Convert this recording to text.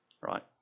right